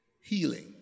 healing